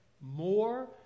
more